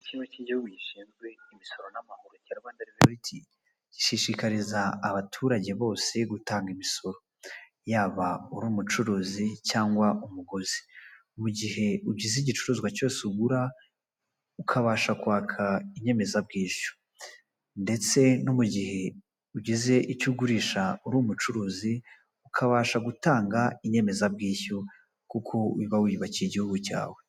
Ikigo cy’igihugu gishinzwe imisoro n’amahoro cya Rwanda revenue authority gishishikariza abaturage bose gutanga imisoro, yaba uri umucuruzi cyangwa umuguzi. Mu gihe ugize igicuruzwa cyose ugura ukabasha kwaka inyemezabwishyu ndetse no mu gihe ugize icyo ugurisha uri umucuruzi, ukabasha gutanga inyemezabwishyu kuko uba wiyubakiye igihugu cyawe.